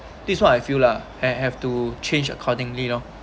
this is what I feel lah have have to change accordingly you know